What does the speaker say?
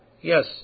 yes